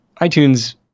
iTunes